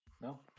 No